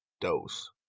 dose